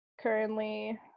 Currently